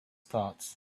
thoughts